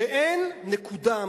שאין נקודה,